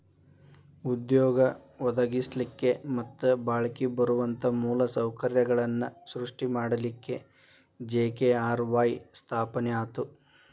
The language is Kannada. ಉದ್ಯೋಗ ಒದಗಸ್ಲಿಕ್ಕೆ ಮತ್ತ ಬಾಳ್ಕಿ ಬರುವಂತ ಮೂಲ ಸೌಕರ್ಯಗಳನ್ನ ಸೃಷ್ಟಿ ಮಾಡಲಿಕ್ಕೆ ಜಿ.ಕೆ.ಆರ್.ವಾಯ್ ಸ್ಥಾಪನೆ ಆತು